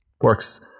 works